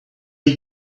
you